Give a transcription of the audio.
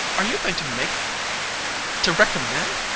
are you going to make to recommend